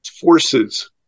forces